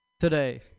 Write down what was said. Today